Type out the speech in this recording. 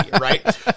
right